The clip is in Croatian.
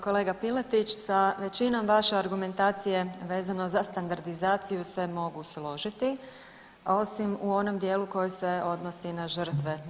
Kolega Piletić, sa većinom vaše argumentacije vezano za standardizaciju se mogu složiti, osim u onom dijelu koji se odnosi na žrtve.